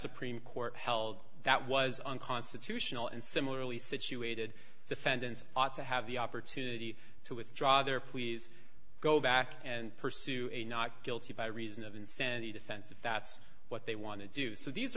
supreme court held that was unconstitutional and similarly situated defendants ought to have the opportunity to withdraw their pleas go back and pursue a not guilty by reason of insanity defense if that's what they want to do so